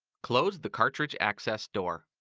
close the cartridge access door.